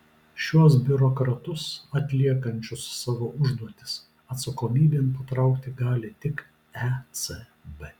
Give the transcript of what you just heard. šiuos biurokratus atliekančius savo užduotis atsakomybėn patraukti gali tik ecb